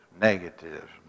negative